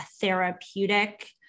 therapeutic